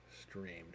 streamed